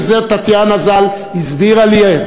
וזה טטיאנה ז"ל הסבירה לי,